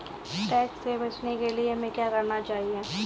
Tax से बचने के लिए हमें क्या करना चाहिए?